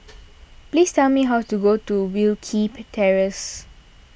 please tell me how to go to Wilkie Terrace